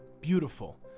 beautiful